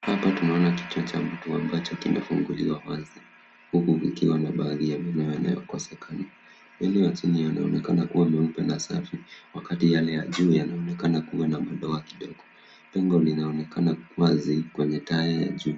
Hapa tunaona kinywa cha mtu ambacho kimefunguliwa wazi huku kukiwa na baadhi ya meno yanayo kosekana ile ya chini yanaonekana kua meupe na safi wakati yale ya juu yanaonekana kua na madoa kidogo. Pengo linaonekana wazi kwenye taya ya juu